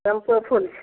चंपो फूल छै